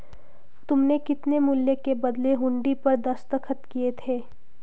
तुमने कितने मूल्य के बदले हुंडी पर दस्तखत किए थे?